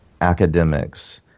academics